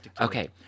Okay